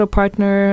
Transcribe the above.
partner